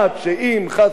קרה מקרה אונס,